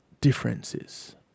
differences